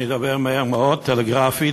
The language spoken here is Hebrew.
אדבר מהר מאוד, טלגרפית.